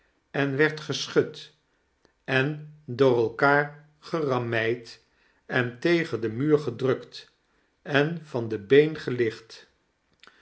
en werd geschud en door elkaar gerammeid en tegen den muur gedrukt en van de been gelicht